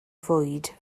fwyd